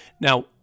now